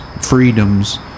freedoms